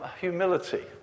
humility